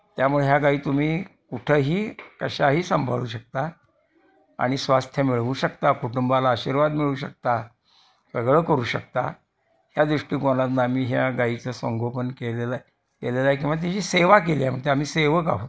त्यामुळे ह्या गाई तुम्ही कुठंही कशाही सांभाळू शकता आणि स्वास्थ्य मिळवू शकता कुटुंबाला आशीर्वाद मिळवू शकता सगळं करू शकता या दृष्टिकोनातनं आम्ही ह्या गाईचं संगोपन केलेलं आहे केलेलं आहे किंवा तिची सेवा केली आहे म्हणतो आम्ही सेवक आहोत